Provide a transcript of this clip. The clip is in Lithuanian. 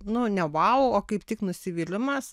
nu ne vau o kaip tik nusivylimas